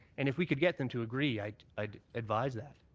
and if we could get them to agree, i'd i'd advise that.